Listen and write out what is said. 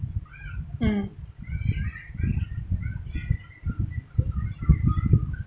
mm